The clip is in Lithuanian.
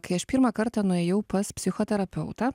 kai aš pirmą kartą nuėjau pas psichoterapeutą